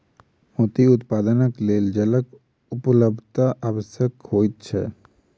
मोती उत्पादनक लेल जलक उपलब्धता आवश्यक होइत छै